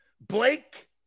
Blake